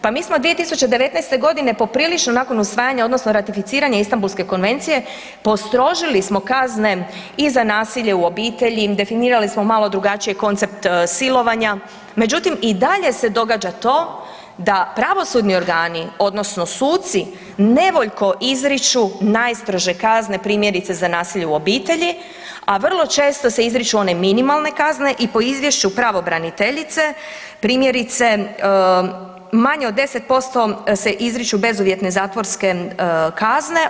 Pa mi smo 2019. g. poprilično, nakon usvajanja, odnosno ratificiranja Istambulske konvencije postrožili smo kazne i za nasilje u obitelji, definirali smo malo drugačije koncept silovanja, međutim, i dalje se događa to da pravosudni organi odnosno suci nevoljko izriču najstrože kazne, primjerice, za nasilje u obitelji, a vrlo često se izriču one minimalne kazne i po izvješću pravobraniteljice, primjerice, manje od 10% se izriču bezuvjetne zatvorske kazne.